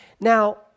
Now